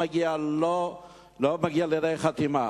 אבל זה לא מגיע לידי חתימה.